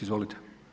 Izvolite.